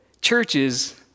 Churches